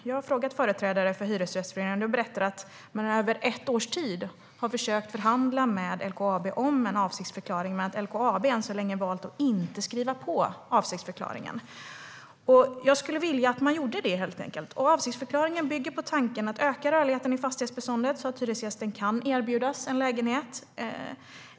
Jag har frågat företrädare för Hyresgästföreningen, och de berättade att man i över ett års tid har försökt förhandla med LKAB om en avsiktsförklaring men att LKAB än så länge har valt att inte skriva på den. Jag skulle vilja att man gjorde det, helt enkelt. Avsiktsförklaringen bygger på tanken att öka rörligheten i fastighetsbeståndet så att hyresgästen kan erbjudas en lägenhet.